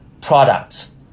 products